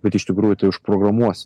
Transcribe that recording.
bet iš tikrųjų tai užprogramuos